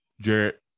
Jarrett